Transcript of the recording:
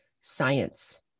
science